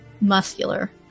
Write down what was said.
muscular